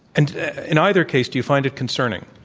and in either case, do you find it concerning?